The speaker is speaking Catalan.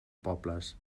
pobres